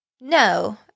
No